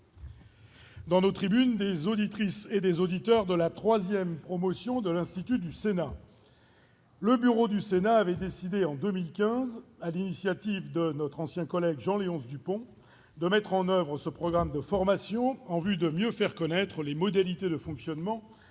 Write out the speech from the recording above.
Dans tribunes des auditrices et des auditeurs de la 3ème promotion de l'institut du Sénat, le bureau du Sénat avait décidé en 2015, à l'initiative de notre ancien collègue Jean-Léonce Dupont, de mettre en oeuvre ce programme de formation en vue de mieux faire connaître les modalités de fonctionnement